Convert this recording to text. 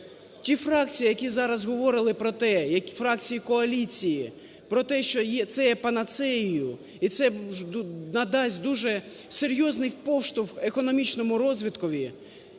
Ті фракції, які зараз говорили про те, фракції коаліції про те, що це є панацеєю і це надасть дуже серйозний поштовх в економічному розвиткові,